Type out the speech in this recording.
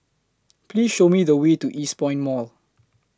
Please Show Me The Way to Eastpoint Mall